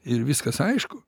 ir viskas aišku